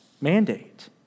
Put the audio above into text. mandate